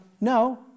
no